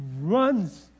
runs